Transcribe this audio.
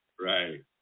right